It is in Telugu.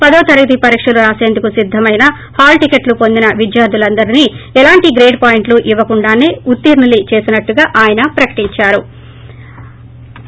పదో తరగతి పరీకలు రాసేందుకు సిద్దమైన హాల్ టికెట్లు పొందిన విద్యార్లులందరికీ ఎలాంటి గ్రేడ్ పాయింట్లూ ఇవ్వకుండానే ఉత్తీర్ణుల్పి చేసినట్లుగా ఆయన ప్రకటించారు